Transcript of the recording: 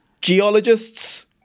Geologists